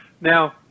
Now